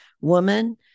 woman